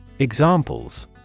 examples